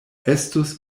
estus